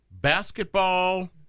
basketball